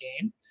game